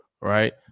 Right